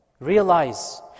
realize